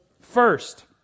First